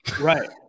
Right